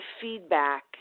feedback